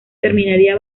terminaría